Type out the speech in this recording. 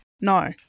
No